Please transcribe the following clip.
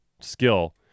skill